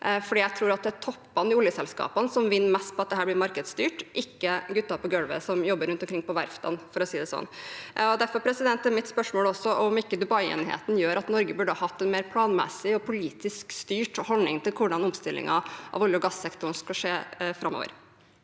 jeg tror at det er toppene i oljeselskapene som vinner mest på at dette blir markedsstyrt, ikke gutta på gulvet som jobber rundt omkring på verftene, for å si det sånn. Derfor er mitt spørsmål om ikke Dubai-enigheten gjør at Norge burde hatt en mer planmessig og politisk styrt holdning til hvordan omstillingen av olje- og gassektoren skal skje framover.